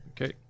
Okay